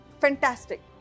fantastic